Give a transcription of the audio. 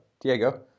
diego